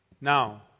Now